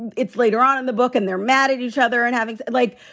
it's later on in the book and they're mad at each other and having like.